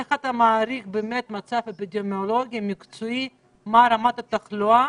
איך אתה מעריך מהצד האפידמיולוגי-מקצועי את רמת התחלואה